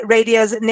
Radio's